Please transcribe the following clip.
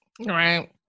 right